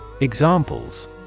Examples